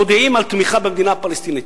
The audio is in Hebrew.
מודיעות על תמיכה במדינה הפלסטינית